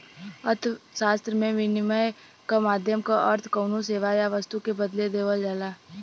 अर्थशास्त्र में, विनिमय क माध्यम क अर्थ कउनो सेवा या वस्तु के बदले देवल जाला